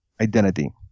Identity